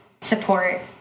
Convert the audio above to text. support